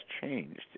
changed